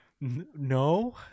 no